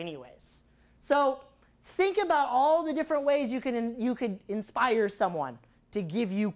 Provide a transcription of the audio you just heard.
anyways so think about all the different ways you can you could inspire someone to give you